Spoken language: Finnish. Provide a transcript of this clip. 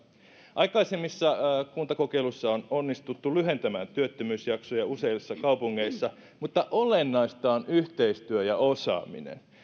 aikaisemmissa kuntakokeiluissa on onnistuttu lyhentämään työttömyysjaksoja useissa kaupungeissa mutta olennaista on yhteistyö ja osaaminen